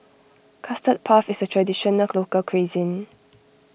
Custard Puff is a Traditional Local Cuisine